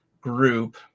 group